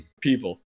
people